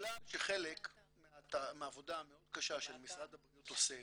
בגלל שחלק מהעבודה המאוד קשה שמשרד הבריאות עושה